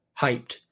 hyped